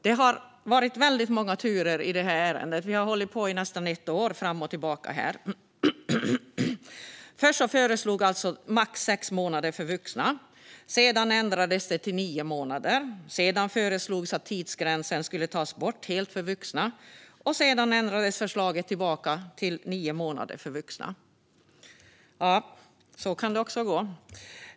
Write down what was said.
Det har varit många turer i det här ärendet. Vi har hållit på fram och tillbaka i nästan ett år. Först föreslogs max sex månader för vuxna, och sedan ändrades det till nio månader. Sedan föreslogs att tidsgränsen skulle tas bort helt för vuxna, och därefter ändrades förslaget tillbaka till nio månader för vuxna. Så kan det också gå.